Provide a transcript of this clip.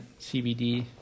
CBD